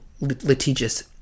litigious